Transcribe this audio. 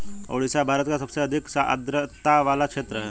ओडिशा भारत का सबसे अधिक आद्रता वाला क्षेत्र है